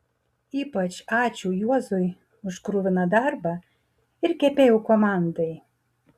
ypač ačiū juozui už kruviną darbą ir kepėjų komandai